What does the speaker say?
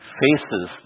faces